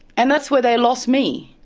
and that's where they lost me.